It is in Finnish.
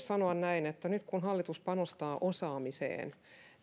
sanoa näin että nyt kun hallitus panostaa osaamiseen